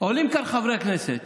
עולים לכאן חברי כנסת,